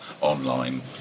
online